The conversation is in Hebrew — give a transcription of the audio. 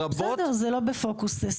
בסדר, זה לא בפוקוס ספציפי.